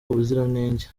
ubuziranenge